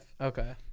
Okay